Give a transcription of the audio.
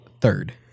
third